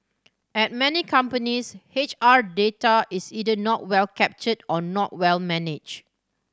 at many companies H R data is either not well captured or not well managed